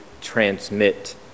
transmit